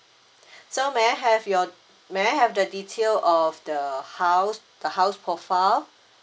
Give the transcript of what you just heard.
so may I have your may I have the detail of the house the house profile